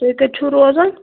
تُہۍ کَتہِ چھُو روزان